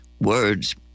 words